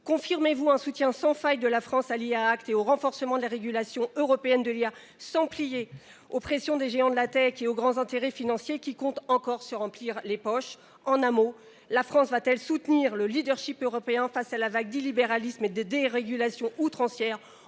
confirmez vous le soutien sans faille de la France à l’AI Act ? Allez vous œuvrer pour le renforcement de la régulation européenne de l’IA sans céder à la pression des géants de la tech et des grands groupes financiers qui comptent encore se remplir les poches ? En d’autres termes, la France va t elle soutenir le leadership européen face à la vague d’illibéralisme et de dérégulation outrancière